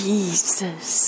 Jesus